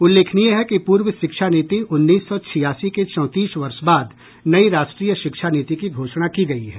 उल्लेखनीय है कि पूर्व शिक्षा नीति उन्नीस सौ छियासी के चौंतीस वर्ष बाद नई राष्ट्रीय शिक्षा नीति की घोषणा की गई है